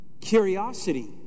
Curiosity